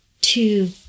two